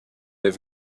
have